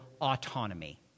autonomy